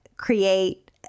create